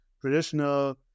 traditional